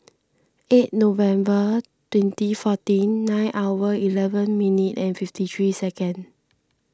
eight November twenty fourteen nine hour eleven minute and fifty three second